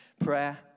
prayer